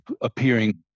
appearing